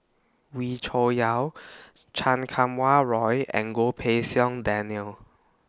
Wee Cho Yaw Chan Kum Wah Roy and Goh Pei Siong Daniel